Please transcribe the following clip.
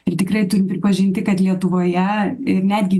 ir tikrai turiu pripažinti kad lietuvoje ir netgi